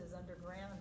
underground